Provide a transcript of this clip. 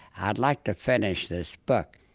i'd like to finish this book.